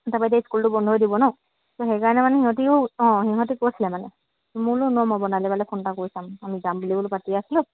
তাৰপা এতিয়া স্কুলটো বন্ধই দিব ন ত' সেইকাৰণে মানে ইহঁতিও অঁ ইহঁতি কৈছিলে মানে মই বোলো ৰ' মই বৰ্ণালী বালে ফোন এটা কৰি চাম আমি যাম বুলি পাতিয়ে আছিলো